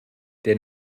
der